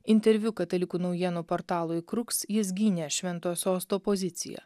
interviu katalikų naujienų portalui kruks jis gynė švento sosto poziciją